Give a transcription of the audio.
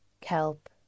kelp